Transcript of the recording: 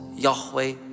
Yahweh